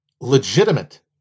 legitimate